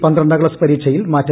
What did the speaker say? പന്ത്രണ്ടാം ക്ലാസ് പരീക്ഷയിൽ മാറ്റമില്ല